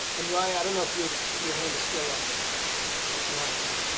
and ryan, i don't know if your your hand is still up from last time.